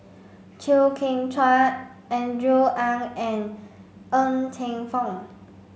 Chew Kheng Chuan Andrew Ang and Ng Teng Fong